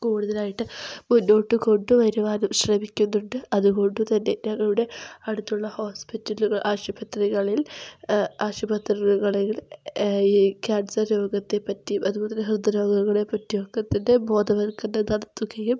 കൂടുതലായിട്ട് മുന്നോട്ട് കൊണ്ടുവരുവാനും ശ്രമിക്കുന്നുണ്ട് അതുകൊണ്ട് തന്നെ ഞങ്ങളുടെ അടുത്തുള്ള ഹോസ്പിറ്റൽ ആശുപത്രികളിൽ ആശുപത്രികളിൽ ഈ കാൻസർ രോഗത്തെപ്പറ്റിയും അതുപോലെ ഹൃദ്രോഗത്തെപ്പറ്റിയും ഒക്കെ തന്നെ ബോധവൽക്കരണം നടത്തുകയും